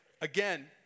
Again